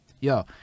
yo